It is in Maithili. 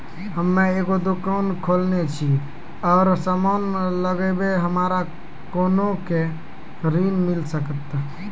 हम्मे एगो दुकान खोलने छी और समान लगैबै हमरा कोना के ऋण मिल सकत?